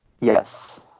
Yes